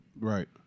Right